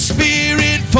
Spirit